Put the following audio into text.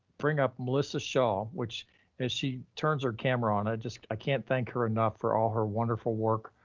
bring up melissa shaw, which as she turns her camera on. i just, i can't thank her enough for all her wonderful work.